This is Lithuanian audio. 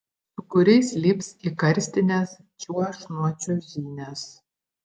su kuriais lips į karstines čiuoš nuo čiuožynės